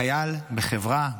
חייל בחברה,